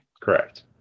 Correct